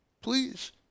please